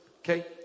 Okay